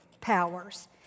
powers